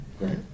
right